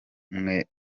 w’ubumwe